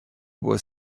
was